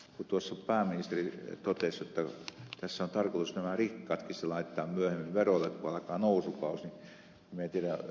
kun pääministeri totesi jotta tässä on tarkoitus nämä rikkaatkin laittaa myöhemmin verolle kun alkaa nousukausi niin en tiedä ed